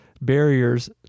barriers